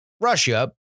Russia